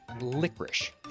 licorice